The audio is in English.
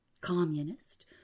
communist